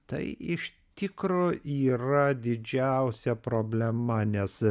tai iš tikro yra didžiausia problema nes